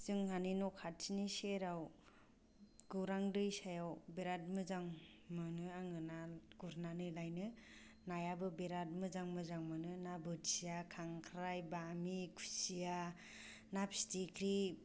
जोंहानि न' खाथिनि सेराव गौरां दैसायाव बिराद मोजां मोनो आङो ना गुरनानै लायनो नायाबो बिराद मोजां मोजां मोनो ना बोथिया खांख्राइ बामि खुसिया ना फिथिग्रि